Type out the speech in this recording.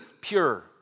pure